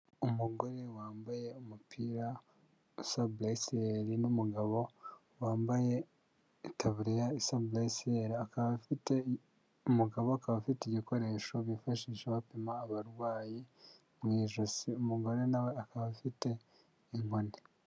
Umugore wambaye umupira usa burusiyeri n'umugabo wambaye itaburiya isa burusiyeri akaba afite umugabo akaba afite ibikoresho bifashisha bapima abarwayi mu ijosi umugore nawe akaba afite inkoni.